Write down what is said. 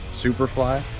Superfly